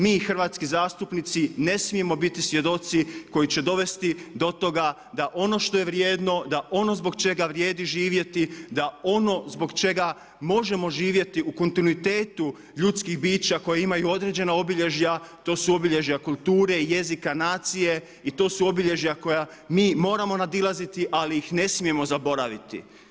Mi hrvatski zastupnici ne smijemo biti svjedoci koji će dovesti do toga da ono što je vrijednost, da ono zbog čega vrijedi živjeti da ono zbog čega možemo živjeti u kontinuitetu ljudskih bića koja imaju određena obilježja to su obilježja kulture, jezika, nacije i to su obilježja koja mi moramo nadilaziti ali ih ne smijemo zaboraviti.